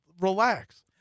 relax